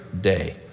day